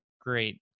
great